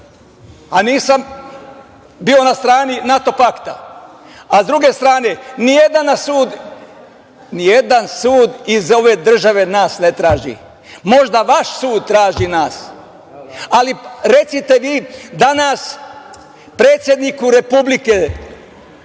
a nisam bio na strani NATO pakta. Sa druge strane, ni jedan sud iz ove države nas ne traži, možda vaš sud traži nas, ali recite vi danas predsedniku Republike